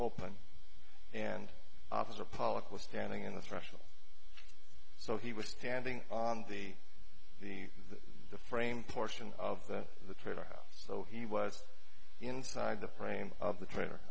open and officer pollock was standing in the threshold so he was standing on the the the frame portion of that the trailer house so he was inside the frame of the trailer